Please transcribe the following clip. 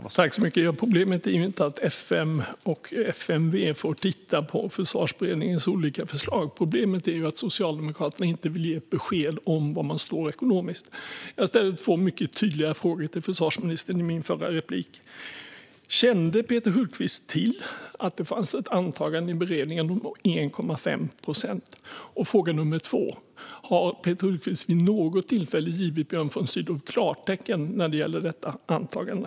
Herr ålderspresident! Problemet är inte att FM och FMV får titta på Försvarsberedningens olika förslag. Problemet är att Socialdemokraterna inte vill ge ett besked om var man står ekonomiskt. Jag ställde två mycket tydliga frågor till försvarsministern i min förra replik. Fråga nr 1: Kände Peter Hultqvist till att det fanns ett antagande i beredningen om 1,5 procent? Fråga nr 2: Har Peter Hultqvist vid något tillfälle givit Björn von Sydow klartecken när det gäller detta antagande?